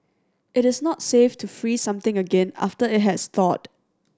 it is not safe to freeze something again after it has thawed